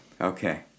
Okay